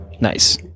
Nice